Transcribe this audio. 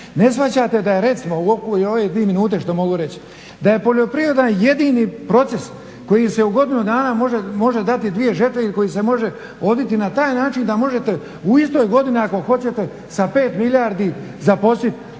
ne shvaćate da je recimo u okviru ove 2 minute što mogu reći, da je poljoprivreda jedini proces koji se u godinu dana može dati dvije žetve ili koji se može voditi na taj način da možete u istoj godini ako hoćete sa 5 milijardi zaposlit